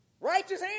Righteous